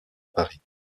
paris